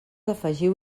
afegiu